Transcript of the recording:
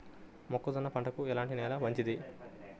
మొక్క జొన్న పంటకు ఎలాంటి నేల మంచిది?